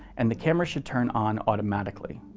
and the camera should turn on automatically.